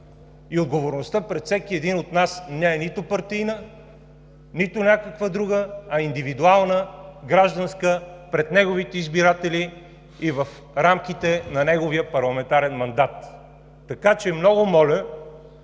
Отговорността пред всеки един от нас не е нито партийна, нито някаква друга, а индивидуална, гражданска, пред неговите избиратели и в рамките на неговия парламентарен мандат. Така че много моля